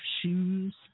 shoes